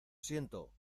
siento